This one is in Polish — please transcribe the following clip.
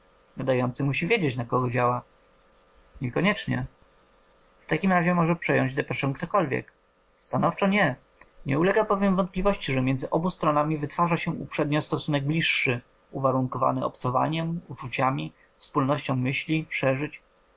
nadający musi wiedzieć na kogo działa niekoniecznie w takim razie może przejąć depeszę ktokolwiek stanowczo nie nie ulega bowiem wątpliwości że między obu stronami wytwarza się uprzednio stosunek bliższy uwarunkowany obcowaniem uczuciami wspólnością myśli przeżyć